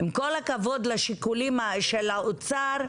עם כל הכבוד לשיקולים של האוצר,